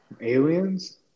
Aliens